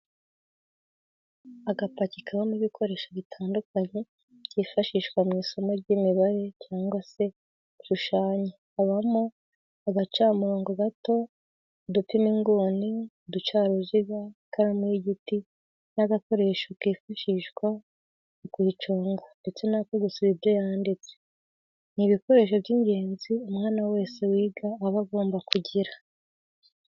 Agapaki kabamo ibikoresho bitandukanye byifashishwa mw'isomo ry'imibare cyangwa se mu gushushanya habamo agacamurongo gato, udupima inguni, uducaruziga ,ikaramu y'igiti n'agakoresho kifashishwa mu kuyiconga ndetse n'ako gusiba ibyo yanditse, ni ibikoresho by'ingenzi umwana wese wiga aba agomba kugira.